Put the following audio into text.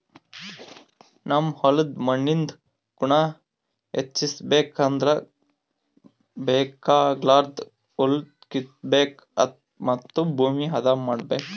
ನಮ್ ಹೋಲ್ದ್ ಮಣ್ಣಿಂದ್ ಗುಣ ಹೆಚಸ್ಬೇಕ್ ಅಂದ್ರ ಬೇಕಾಗಲಾರ್ದ್ ಹುಲ್ಲ ಕಿತ್ತಬೇಕ್ ಮತ್ತ್ ಭೂಮಿ ಹದ ಮಾಡ್ಬೇಕ್